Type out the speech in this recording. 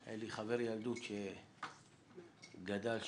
היה לי חבר ילדות שגדל שם,